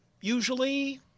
usually